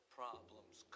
problems